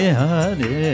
Hare